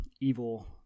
evil